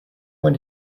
when